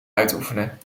uitoefenen